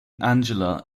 angela